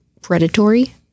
predatory